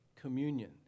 communion